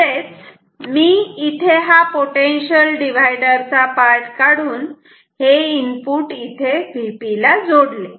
म्हणजेच मी इथे हा पोटेन्शियल डिव्हाइडर चा पार्ट काढून हे इनपुट इथे डायरेक्ट Vp ला जोडले